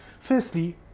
Firstly